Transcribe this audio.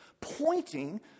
pointing